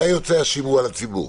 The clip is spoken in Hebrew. מתי יוצא השימוע לציבור?